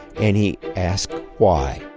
and he asked why?